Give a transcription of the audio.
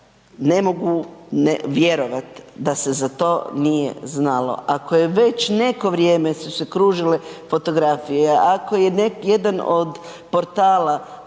ne mogu vjerovat da se za to nije znalo. Ako su već neko vrijeme kružile fotografije, ako je jedan od portala